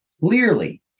Clearly